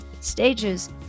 stages